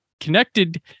connected